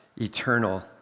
eternal